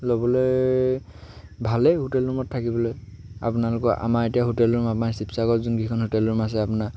ল'বলৈ ভালেই হোটেল ৰুমত থাকিবলৈ আপোনালোকৰ আমাৰ এতিয়া হোটেল ৰুম আমাৰ শিৱসাগৰত যোন যিখন হোটেল ৰুম আছে আপোনাৰ